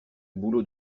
boulot